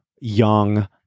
young